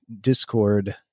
Discord